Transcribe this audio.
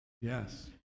Yes